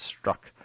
struck